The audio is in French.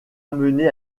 amené